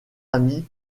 ami